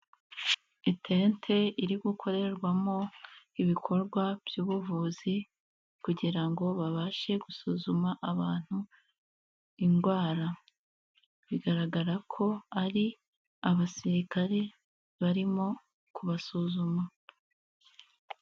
Itente iri gukorerwamo ibikorwa by'ubuvuzi kugira ngo babashe gusuzuma abantu indwara, bigaragara ko ari abasirikare barimo kubasuzuma.